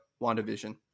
WandaVision